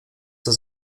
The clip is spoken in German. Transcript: das